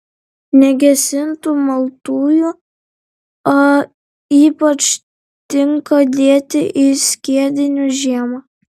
negesintų maltųjų a ypač tinka dėti į skiedinius žiemą